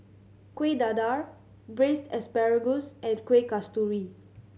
Kueh Dadar Braised Asparagus and Kueh Kasturi